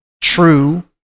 true